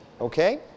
okay